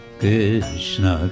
Krishna